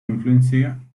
influencia